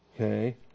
Okay